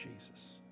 Jesus